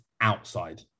outside